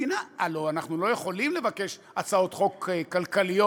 הלוא אנחנו לא יכולים לבקש הצעות חוק כלכליות,